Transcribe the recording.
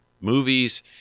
movies